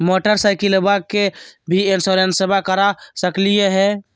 मोटरसाइकिलबा के भी इंसोरेंसबा करा सकलीय है?